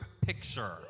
picture